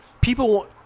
People